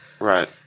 Right